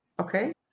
okay